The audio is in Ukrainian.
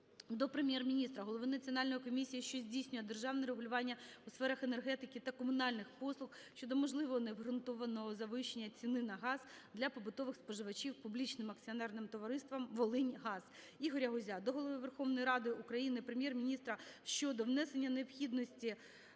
до Прем'єр-міністра, голови Національної комісії, що здійснює державне регулювання у сферах енергетики та комунальних послуг щодо можливого необґрунтованого завищення ціни на газ для побутових споживачів публічним акціонерним товариством "Волиньгаз". Ігоря Гузя до Голови Верховної Ради України, Прем'єр-міністра щодо необхідності